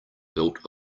built